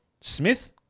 Smith